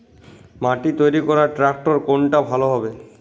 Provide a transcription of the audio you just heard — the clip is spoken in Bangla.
মাটি তৈরি করার ট্রাক্টর কোনটা ভালো হবে?